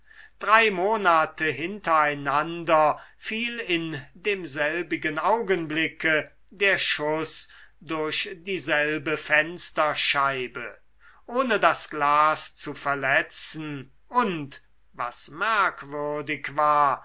drei monate hintereinander fiel in demselbigen augenblicke der schuß durch dieselbe fensterscheibe ohne das glas zu verletzen und was merkwürdig war